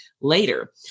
later